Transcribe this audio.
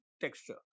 texture